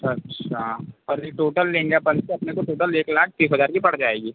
अच्छा अभी टोटल लेंगे अपन तो अपने को टोटल एक लाख तीस हज़ार की पड़ जाएगी